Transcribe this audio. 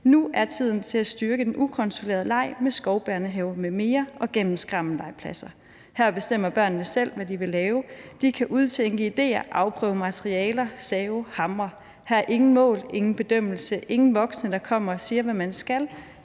Nu er tiden til at styrke den ukontrollerede leg med skovbørnehaver m.m. og gennem skrammellegepladser: Her bestemmer børn selv, hvad de vil lave. De kan udtænke idéer, afprøve materialer, save, hamre. Her er ingen mål, ingen bedømmelse, ingen voksne, der kommer og siger, hvad man skal.